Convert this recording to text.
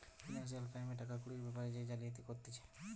financial ক্রাইমে টাকা কুড়ির বেপারে যে জালিয়াতি করতিছে